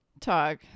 talk